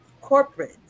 corporate